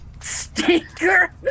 Stinker